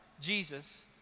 Jesus